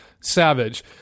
savage